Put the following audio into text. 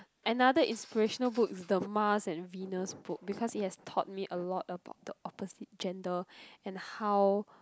another inspirational book the Mars and Venus book because it has taught me a lot about the opposite gender and how